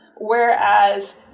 whereas